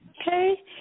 Okay